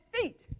feet